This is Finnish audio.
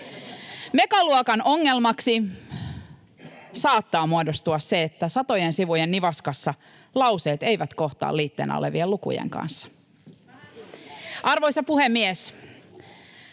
Megaluokan ongelmaksi saattaa muodostua se, että satojen sivujen nivaskassa lauseet eivät kohtaa liitteenä olevien lukujen kanssa. [Sanna Antikainen: